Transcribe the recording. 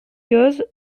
gueuses